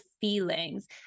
feelings